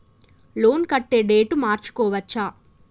Loan కట్టే date మార్చుకోవచ్చా?